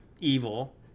evil